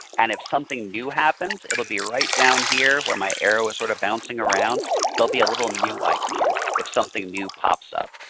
and if something new happens it will be right down here where my arrow is sort of bouncing around. there will be a little new icon if something new pops up.